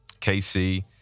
KC